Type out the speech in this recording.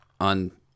on